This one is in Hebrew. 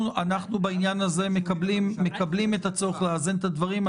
אנחנו בעניין הזה מקבלים את הצורך לאזן את הדברים.